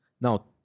Now